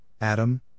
Adam